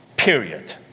period